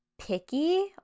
picky